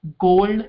gold